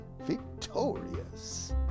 victorious